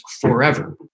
forever